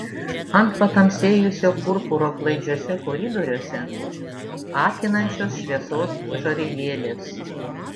ant patamsėjusio purpuro klaidžiuose koridoriuose akinančios šviesos žarijėlės